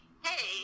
hey –